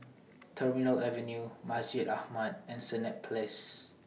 Terminal Avenue Masjid Ahmad and Senett Place